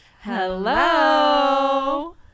Hello